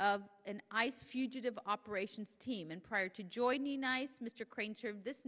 of an ice fugitive operations team and prior to joining nice m